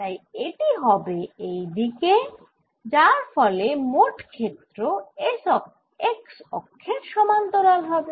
তাই এটি হবে এই দিকে যার ফলে মোট ক্ষেত্র x অক্ষের সমান্তরাল হবে